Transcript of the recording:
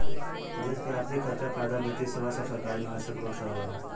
देश के अर्थिक खर्चा, फायदा, वित्तीय सेवा सब सरकारी निवेशक लोग से आवेला